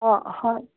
অঁ হয়